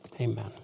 Amen